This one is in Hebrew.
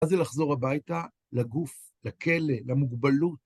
מה זה לחזור הביתה? לגוף, לכלא, למוגבלות.